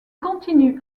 continue